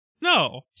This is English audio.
No